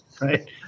right